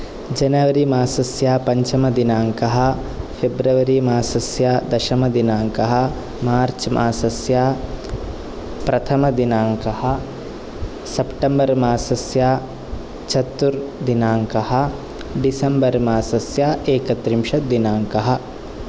जनवरि मासस्य पञ्चमदिनाङ्कः फेब्रवरी मासस्य दशमदिनाङ्कः मार्च् मासस्य प्रथमदिनाङ्कः सेप्टेंबर् मासस्य चतुर्थनाङ्कः डिसेंबर् मासस्य एकत्रिंशत्दिनाङ्कः